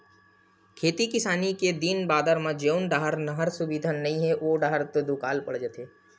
खेती किसानी के दिन बादर म जउन डाहर नहर सुबिधा नइ हे ओ डाहर तो दुकाल पड़ जाथे